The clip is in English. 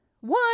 one